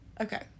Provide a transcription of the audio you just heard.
Okay